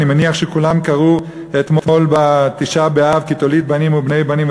אני מניח שכולם קראו אתמול בתשעה באב: כי תוליד בנים ובני בנים,